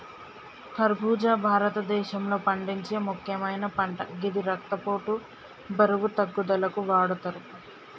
ఖర్బుజా భారతదేశంలో పండించే ముక్యమైన పంట గిది రక్తపోటు, బరువు తగ్గుదలకు వాడతరు